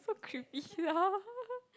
so creepy lah